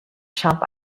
chump